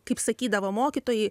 kaip sakydavo mokytojai